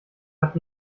hat